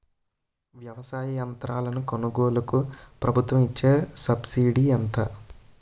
వ్యవసాయ యంత్రాలను కొనుగోలుకు ప్రభుత్వం ఇచ్చే సబ్సిడీ ఎంత?